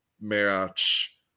match